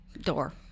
door